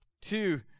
Two